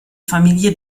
familie